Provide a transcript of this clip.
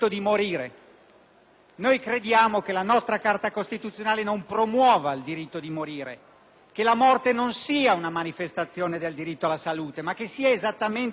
Noi crediamo invece che la nostra Carta costituzionale non promuova il diritto di morire, che la morte non sia una manifestazione del diritto alla salute, ma che sia esattamente il contrario.